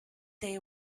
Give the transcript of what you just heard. they